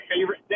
favorite